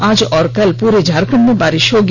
आज और कल पूरे झारखंड में बारिश होगी